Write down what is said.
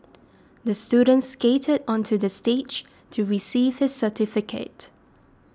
the student skated onto the stage to receive his certificate